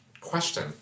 question